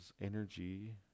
energy